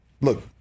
look